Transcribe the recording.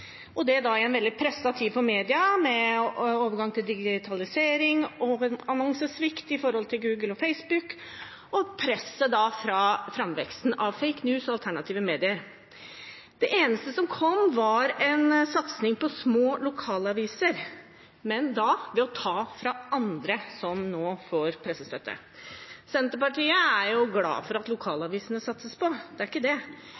og det i en presset tid for media, med overgang til digitalisering og annonsesvikt i forhold til Google og Facebook og presset fra framveksten av «fake news» og alternative medier. Det eneste som kom, var en satsing på små lokalaviser, men da ved å ta fra andre som nå får pressestøtte. Senterpartiet er glad for at det satses på lokalavisene – det er ikke det